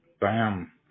Bam